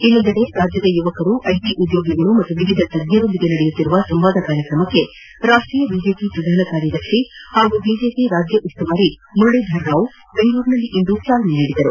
ಇನ್ನೊಂದೆಡೆ ರಾಜ್ಯದ ಯುವಕರು ಐಟಿ ಉದ್ಯೋಗಿಗಳು ಮತ್ತು ವಿವಿಧ ತಜ್ಞರೊಂದಿಗೆ ನಡೆಯುತ್ತಿರುವ ಸಂವಾದ ಕಾರ್ಯಕ್ರಮಕ್ಕೆ ರಾಷ್ಟ್ರೀಯ ಬಿಜೆಪಿ ಪ್ರಧಾನ ಕಾರ್ಯದರ್ಶಿ ಹಾಗೂ ಬಿಜೆಪಿರಾಜ್ಯ ಉಸ್ತುವಾರಿ ಮುರುಳಿಧರ ರಾವ್ ಬೆಂಗಳೂರಿನಲ್ಲಿಂದು ಚಾಲನೆ ನೀಡಿದರು